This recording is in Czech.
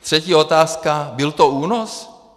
Třetí otázka: byl to únos?